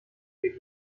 hier